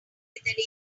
ambient